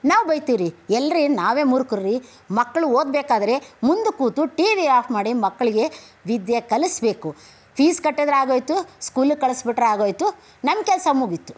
ನಾವು ಬೈತೀವ್ರಿ ಎಲ್ಲಿ ರೀ ನಾವೇ ಮೂರ್ಖರು ರೀ ಮಕ್ಕಳು ಓದಬೇಕಾದ್ರೆ ಮುಂದು ಕೂತು ಟಿ ವಿ ಆಫ್ ಮಾಡಿ ಮಕ್ಕಳಿಗೆ ವಿದ್ಯೆ ಕಲಿಸಬೇಕು ಫೀಸ್ ಕಟ್ಟಿದರೆ ಆಗೋಯ್ತು ಸ್ಕೂಲಿಗೆ ಕಳಿಸಿಬಿಟ್ರೆ ಆಗೋಯ್ತು ನನ್ನ ಕೆಲಸ ಮುಗೀತು